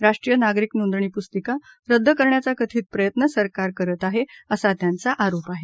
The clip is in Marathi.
राष्ट्रीय नागरिक नोंदणी पुस्तिका रद्द करण्याचा कथित प्रयत्न सरकार करत आहे असा त्यांचा आरोप आहे